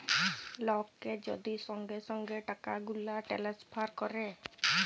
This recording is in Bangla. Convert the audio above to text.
লককে যদি সঙ্গে সঙ্গে টাকাগুলা টেলেসফার ক্যরে